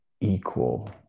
equal